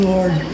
Lord